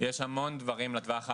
יש המון דברים לטווח הארוך,